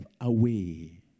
away